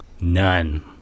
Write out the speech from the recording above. None